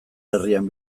herrian